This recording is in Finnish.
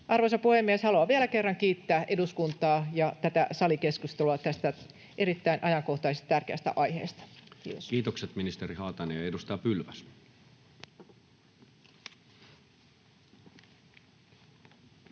Arvoisa puhemies! Haluan vielä kerran kiittää eduskuntaa ja tätä salikeskustelua tästä erittäin ajankohtaisesta ja tärkeästä aiheesta. — Kiitos. Kiitokset, ministeri Haatainen. — Ja edustaja Pylväs.